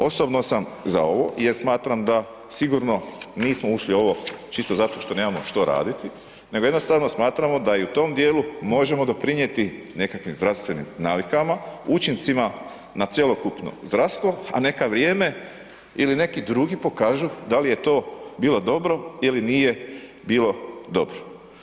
Osobno sam za ovo jer smatram da sigurno nismo ušli u ovo čisto zato što nemamo što raditi nego jednostavno smatramo da i u tom dijelu možemo doprinijeti nekakvim zdravstvenim navikama, učincima na cjelokupno zdravstvo, a neka vrijeme ili neki drugi pokažu da li je to bilo dobro ili nije bilo dobro.